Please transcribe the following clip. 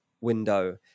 window